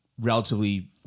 relatively